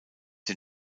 den